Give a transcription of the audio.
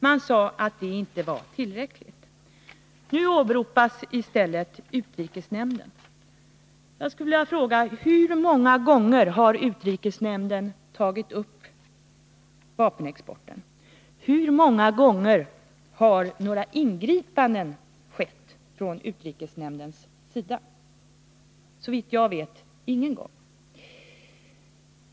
Man sade att det inte var tillräckligt. Nu åberopas i stället utrikesnämnden. Jag skulle vilja fråga: Hur många gånger har utrikesnämnden tagit upp frågan om vapenexporten? Hur många gånger har några ingripanden skett från utrikesnämndens sida? Såvitt jag vet ingen gång.